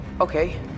Okay